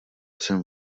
jsem